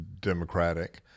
democratic